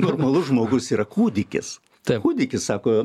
normalus žmogus yra kūdikis tai kūdikis sako